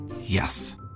Yes